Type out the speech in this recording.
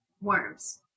worms